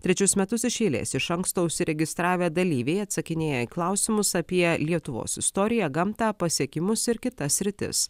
trečius metus iš eilės iš anksto užsiregistravę dalyviai atsakinėja į klausimus apie lietuvos istoriją gamtą pasiekimus ir kitas sritis